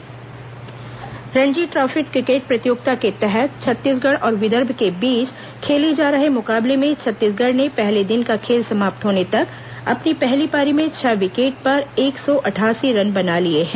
Ranji trophy Ranji trophy cricket प्रतियोगिता के तहत छत्तीसगढ़ और विदर्भ के बीच खेले जा रहे मुकाबले में छत्तीसगढ़ ने पहले दिन का खेल समाप्त होने तक अपनी पहली पारी में छह विकेट पर एक सौ अठासी रन बना लिए हैं